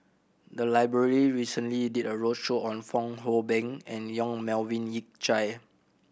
the library recently did a roadshow on Fong Hoe Beng and Yong Melvin Yik Chye